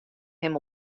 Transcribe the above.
him